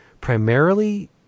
primarily